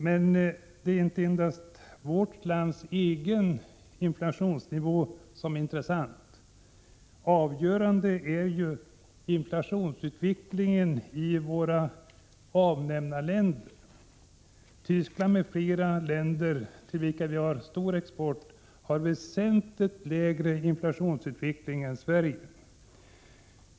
Det är dock inte endast vårt lands egen inflationsnivå som är intressant. Avgörande är inflationsutvecklingen i våra avnämarländer. Västtyskland m.fl. länder till vilka vi har stor export har väsentligt lägre inflationsutveckling än Sverige.